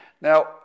Now